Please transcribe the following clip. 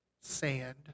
sand